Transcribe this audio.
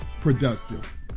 productive